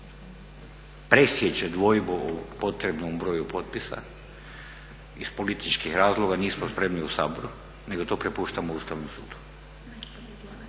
presječe dvojbu o potrebnom broju potpisa iz političkih razloga nismo spremni u Saboru nego to prepuštamo Ustavnom sudu.